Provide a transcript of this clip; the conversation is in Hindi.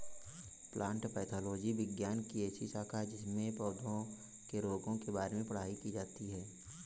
प्लांट पैथोलॉजी विज्ञान की ऐसी शाखा है जिसमें पौधों के रोगों के बारे में पढ़ाई की जाती है